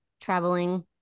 traveling